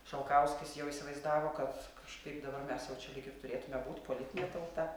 šalkauskis jau įsivaizdavo kad kažkaip dabar mes jau čia lyg ir turėtume būt politinė tauta